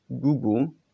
google